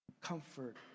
comfort